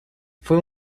fue